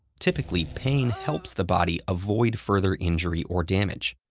typically, pain helps the body avoid further injury or damage.